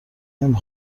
نمی